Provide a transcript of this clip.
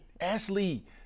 Ashley